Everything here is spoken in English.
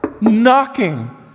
knocking